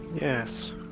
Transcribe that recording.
Yes